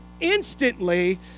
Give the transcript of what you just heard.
instantly